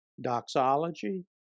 doxology